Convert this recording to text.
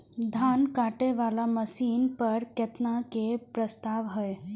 धान काटे वाला मशीन पर केतना के प्रस्ताव हय?